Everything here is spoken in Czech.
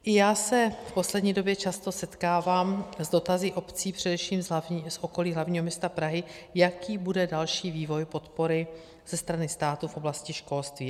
I já se v poslední době často setkávám s dotazy obcí především z okolí hlavního města Prahy, jaký bude další vývoj podpory ze strany státu v oblasti školství.